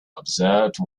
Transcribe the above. observed